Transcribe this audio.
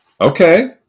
Okay